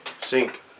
Sink